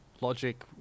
logic